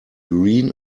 green